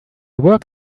work